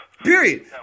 Period